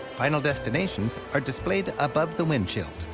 final destinations are displayed above the windshield.